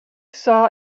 saw